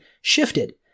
shifted